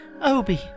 Obi